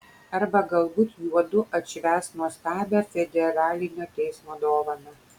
arba galbūt juodu atšvęs nuostabią federalinio teismo dovaną